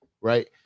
Right